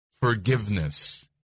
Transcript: forgiveness